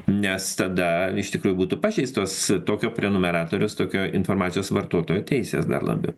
nes tada iš tikrųjų būtų pažeistos tokio prenumeratoriaus tokio informacijos vartotojo teisės dar labiau